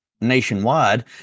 nationwide